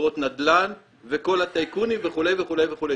לחברות נדל"ן וכל הטייקונים וכו' וכו' וכו',